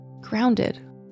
grounded